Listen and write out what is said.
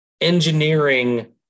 engineering